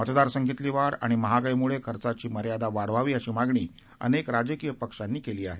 मतदार संख्येतली वाढ आणि महागाईमुळे खर्चाची मर्यादा वाढवावी अशी मागणी अनेक राजकीय पक्षानी केली आहे